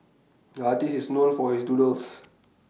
the artist is known for his doodles